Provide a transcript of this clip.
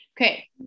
Okay